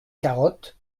carottes